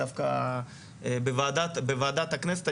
בוועדת הכנסת,